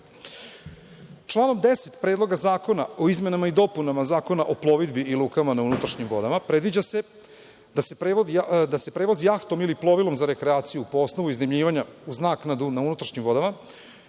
puteva. Članom 10. Predloga zakona o izmenama i dopunama Zakona o plovidbi i lukama na unutrašnjim vodama, predviđa se da se prevoz jahtom ili plovilom za rekreaciju po osnovu iznajmljivanja u znak na unutrašnjim vodama, može